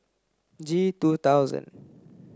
G two thousand